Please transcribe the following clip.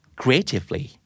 creatively